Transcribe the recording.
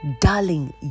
Darling